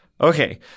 Okay